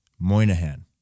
Moynihan